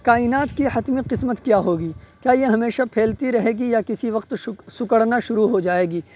کائنات کی حتمی قسمت کیا ہوگی کیا یہ ہمیشہ پھیلتی رہے گی یا کسی وقت سکڑنا شروع ہو جائے گی